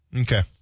Okay